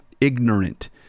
ignorant